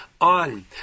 on